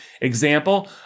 Example